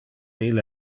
ille